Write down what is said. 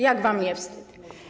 Jak wam nie wstyd?